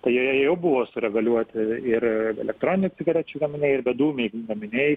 tai jie jau buvo sureguliuoti ir elektroninių cigarečių gaminiai ir bedūmiai gaminiai